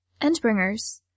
Endbringers